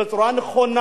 בצורה נכונה.